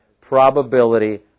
probability